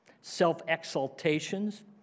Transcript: self-exaltations